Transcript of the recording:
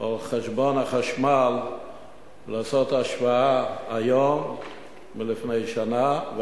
או על חשבון החשמל ולעשות השוואה של היום ולפני שנה,